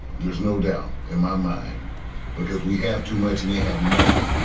there's no doubt in my mind because we have too much and they have nothing.